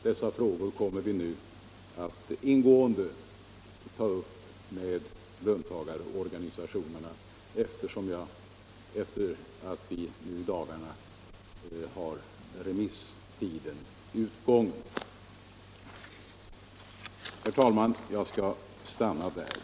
Dessa frågor kommer vi att ingående ta upp med löntagarorganisationerna efter det att remisstiden nu i dagarna har gått ut. Herr talman! Jag skall stanna med detta.